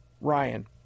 Ryan